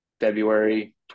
february